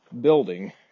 building